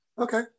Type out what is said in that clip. Okay